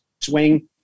swing